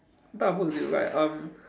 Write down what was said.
what type of books do you like um